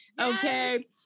okay